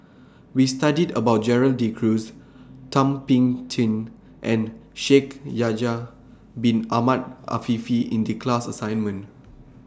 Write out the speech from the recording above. We studied about Gerald De Cruz Thum Ping Tjin and Shaikh Yahya Bin Ahmed Afifi in The class assignment